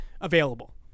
available